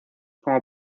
como